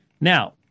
Now